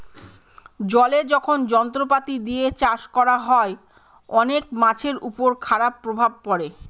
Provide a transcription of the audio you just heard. জলে যখন যন্ত্রপাতি দিয়ে চাষ করা হয়, অনেক মাছের উপর খারাপ প্রভাব পড়ে